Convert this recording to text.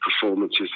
performances